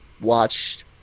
watched